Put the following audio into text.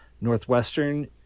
Northwestern